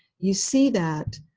you see that